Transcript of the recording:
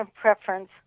preference